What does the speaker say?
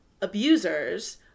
abusers